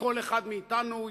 שכל אחד מאתנו,